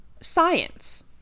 science